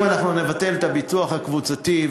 אם אנחנו נבטל את הביטוח הקבוצתי,